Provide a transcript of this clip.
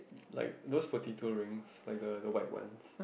like those potato rings like the the white ones